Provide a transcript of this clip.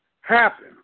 happen